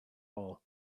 all